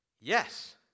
yes